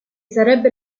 sarebbe